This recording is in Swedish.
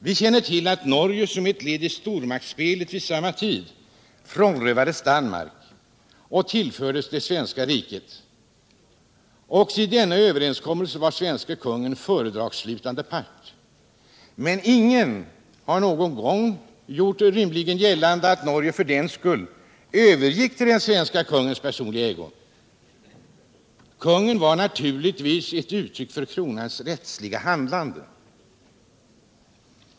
Vi känner till att Norge som ett led i stormaktspelet vid samma tid frånrövades Danmark och tillfördes det svenska riket. Också i denna överenskommelse var den svenske kungen fördragsslutande part. Men ingen gör rimligen gällande att Norge för den skull övergick i den svenske kungens personliga ägo. Kungen var naturligtvis ett uttryck för kronans rättsliga handlande.